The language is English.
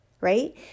Right